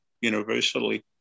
universally